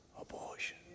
abortion